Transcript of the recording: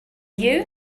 you